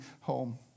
home